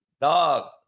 Dog